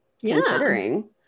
considering